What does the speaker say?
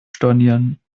stornieren